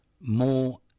more